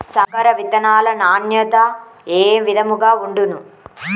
సంకర విత్తనాల నాణ్యత ఏ విధముగా ఉండును?